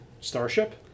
Starship